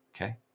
Okay